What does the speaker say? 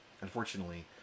Unfortunately